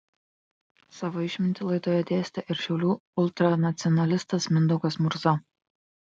savo išmintį laidoje dėstė ir šiaulių ultranacionalistas mindaugas murza